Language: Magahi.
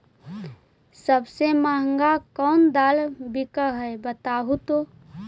सबसे महंगा कोन दाल बिक है बताहु तो?